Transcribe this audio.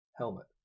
Helmet